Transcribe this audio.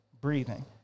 breathing